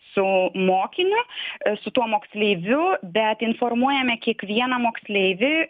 su mokiniu su tuo moksleiviu bet informuojame kiekvieną moksleivį